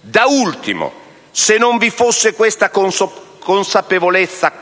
Da ultimo, se non vi fosse questa consapevolezza